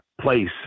place